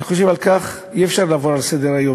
אני חושב שעל כך אי-אפשר לעבור לסדר-היום,